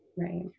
Right